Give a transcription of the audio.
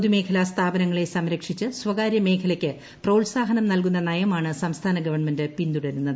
പൊതുമേഖല സ്ഥാപനങ്ങളെ സംരക്ഷിച്ച് സ്വകാര്യ മേഖലയ്ക്ക് പ്രോത്സാഹനം നൽകുന്ന നയമാണ് സംസ്ഥാന ഗവൺമെന്റ് പിന്തുടരുന്നത്